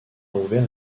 ouvert